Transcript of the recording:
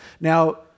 Now